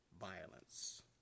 violence